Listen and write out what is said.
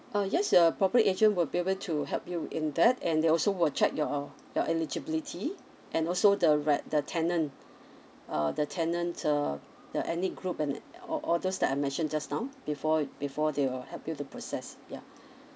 uh yes uh property agent will be able to help you in that and they also will check your your eligibility and also the re~ the tenant uh the tenant uh the ethnic group and all all those that I mentioned just now before before they will help you to process yeah